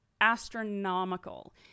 astronomical